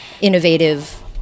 innovative